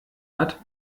hat